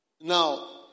now